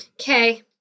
Okay